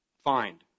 Find